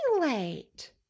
late